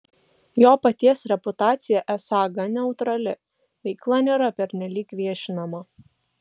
jo paties reputacija esą gan neutrali veikla nėra pernelyg viešinama